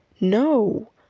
No